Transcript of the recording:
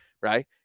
right